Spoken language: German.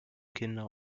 kinder